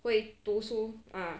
会读书 ah